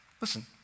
Listen